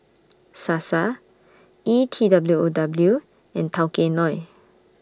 Sasa E T W O W and Tao Kae Noi